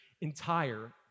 entire